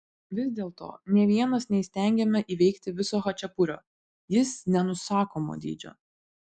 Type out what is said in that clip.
vis dėlto nė vienas neįstengiame įveikti viso chačapurio jis nenusakomo dydžio